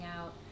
out